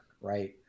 right